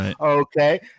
Okay